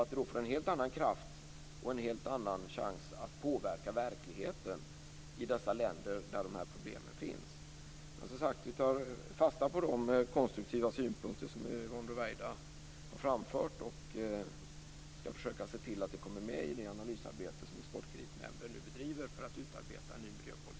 Då kan vi få en helt annan kraft och en helt annan chans att påverka verkligheten i de länder där de här problemen finns. Men som sagt, vi tar fasta på de konstruktiva synpunkter som Yvonne Ruwaida har framfört. Vi skall försöka se till att det kommer med i det analysarbete som Exportkreditnämnden nu bedriver för att utarbeta en ny miljöpolicy.